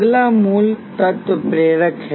अगला मूल तत्व प्रेरक है